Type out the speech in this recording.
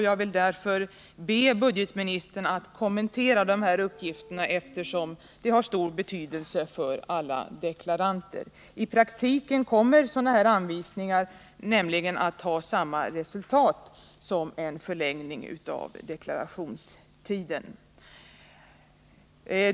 Jag vill därför be budgetministern att kommentera dem. eftersom det har ster betydelse för alla deklaranter. I praktiken kommer sådana här anvisningar nämligen att få samma resultat som en förlängning av deklarationstiden.